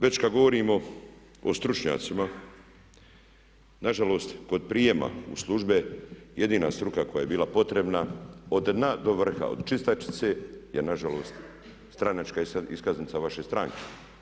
Već kad govorimo o stručnjacima, na žalost kod prijema u službe jedina struka koja je bila potrebna od dna do vrha, od čistačice je na žalost stranačka iskaznica vaše stranke.